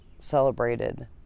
celebrated